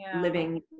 living